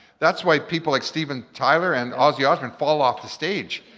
that's why people like steven tyler and ozzy osbourne fall off the stage,